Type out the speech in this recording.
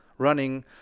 running